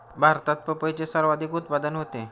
भारतात पपईचे सर्वाधिक उत्पादन होते